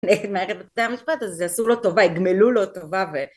זה מערכת המשפט, אז יעשו לו טובה, יגמלו לו טובה